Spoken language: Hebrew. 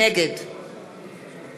נגד